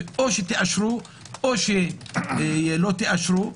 ואו תאשרו או לא תאשרו.